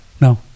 no